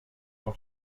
auf